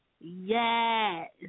Yes